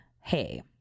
hey